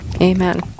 Amen